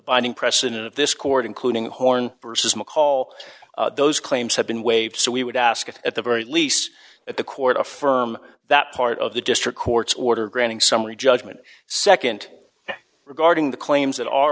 binding precedent of this court including horne versus mccall those claims have been waived so we would ask at the very least at the court affirm that part of the district court's order granting summary judgment nd regarding the claims that are